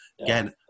Again